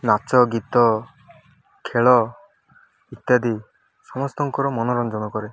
ନାଚ ଗୀତ ଖେଳ ଇତ୍ୟାଦି ସମସ୍ତଙ୍କର ମନୋରଞ୍ଜନ କରେ